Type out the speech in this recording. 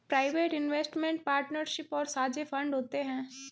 private investment partnership और साझे fund होते हैं